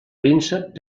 príncep